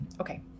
Okay